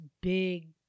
big